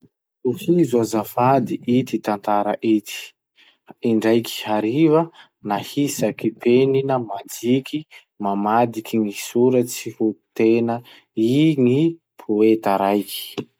Tohizo azafady ity tantara ity: Indraiky hariva, nahisaky penina majiky mamadiky gny soratsy ho tena ii gny poeta raiky.